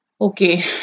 Okay